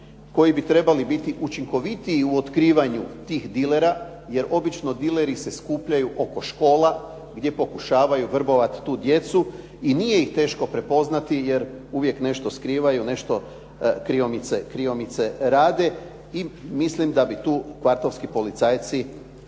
koji bi trebali biti učinkovitiji u otkrivanju tih dilera jer obično dileri se skupljaju oko škola gdje pokušavaju vrbovati tu djecu i nije ih teško prepoznati jer uvijek nešto skrivaju, nešto kriomice rade i mislim da bi tu kvartovski policajci